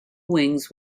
wings